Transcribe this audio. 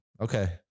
Okay